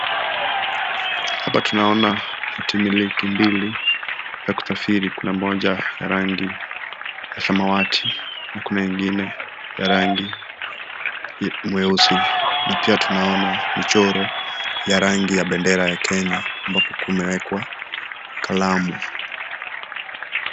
Hapa tunaona hatimiliki mbili ya kusafiri, kuna moja ya rangi ya samawati na kuna nyingine ya rangi mweusi, na pia tunaona michoro ya rangi ya bendera ya kenya ambapo kumewekwa kalamu.